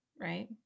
Right